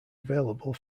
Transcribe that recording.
available